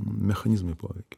mechanizmai poveikio